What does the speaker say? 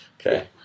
Okay